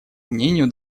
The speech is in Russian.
мнению